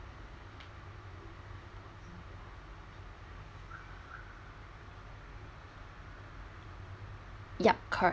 yup correct